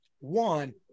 One